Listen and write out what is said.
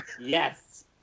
Yes